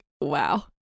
wow